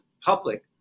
public